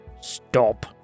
Stop